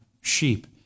sheep